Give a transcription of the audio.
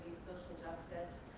social justice,